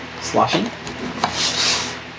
Sloshing